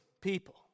people